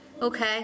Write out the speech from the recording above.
Okay